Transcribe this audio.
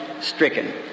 stricken